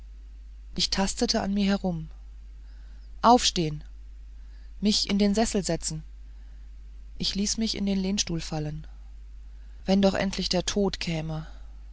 ich tastete an mir herum aufstehen mich in den sessel setzen ich ließ mich in den lehnstuhl fallen wenn doch endlich der tod käme